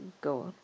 Go